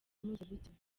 mpuzabitsina